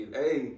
hey